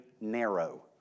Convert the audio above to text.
narrow